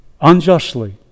unjustly